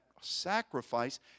sacrifice